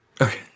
Okay